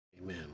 Amen